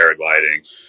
paragliding